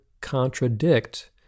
contradict